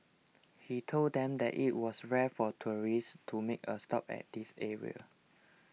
he told them that it was rare for tourists to make a stop at this area